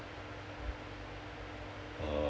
uh